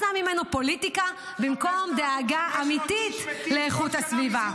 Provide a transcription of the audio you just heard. ועשה ממנו פוליטיקה במקום דאגה אמיתית לאיכות הסביבה.